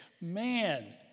man